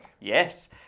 Yes